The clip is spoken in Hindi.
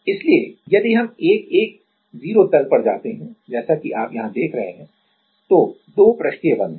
इसलिए यदि हम 1 1 0 तल पर जाते हैं जैसा कि आप यहां देख रहे हैं तो दो पृष्ठीय बंध हैं